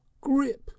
grip